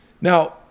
Now